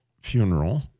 funeral